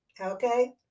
okay